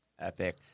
Epic